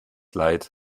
leid